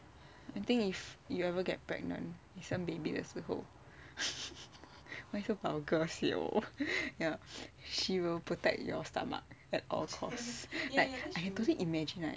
I think if you ever get pregnant 生 baby 的时候 why so vulgar siol ya she will protect your stomach at all costs like I can totally imagine right